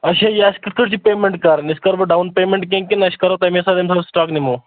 اچھا یَتھ پیٚٹھ کِتھٕ پٲٹھۍ چھِ پیمینٛٹ کَرٕںۍ أسۍ کَروٕ ڈاوُن پیمینٛٹ کیٚنٛہہ کِنہٕ أسۍ کَرو تَمے ساتہٕ ییٚمہِ ساتہٕ سِٹاک نِمو